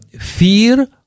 fear